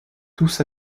tous